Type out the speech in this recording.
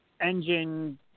engine